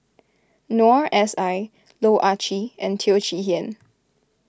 Noor S I Loh Ah Chee and Teo Chee Hean